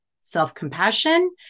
self-compassion